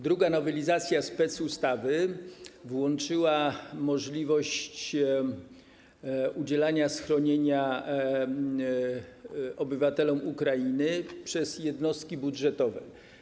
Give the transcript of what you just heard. Druga nowelizacja specustawy włączyła możliwość udzielania schronienia obywatelom Ukrainy przez jednostki budżetowe.